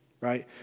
Right